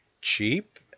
Cheap